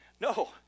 no